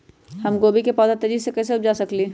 हम गोभी के पौधा तेजी से कैसे उपजा सकली ह?